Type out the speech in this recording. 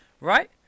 right